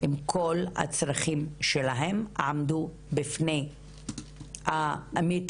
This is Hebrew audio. עם כל הצרכים שלהן עמדו בפני המתכננים